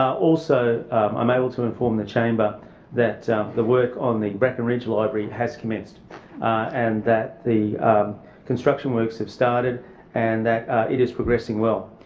also i'm able to inform the chamber that the work on the brackenridge library has commenced and that construction works have started and that it is progressing well.